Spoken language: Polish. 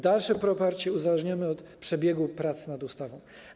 Dalsze poparcie uzależniamy od przebiegu prac nad ustawą.